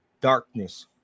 darkness